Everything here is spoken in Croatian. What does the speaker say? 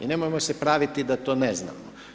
I nemojmo se praviti da to ne znamo.